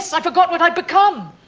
so i'd forgot what i'd become.